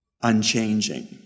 unchanging